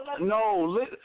No